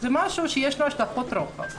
זה משהו שיש לו השלכות רוחב.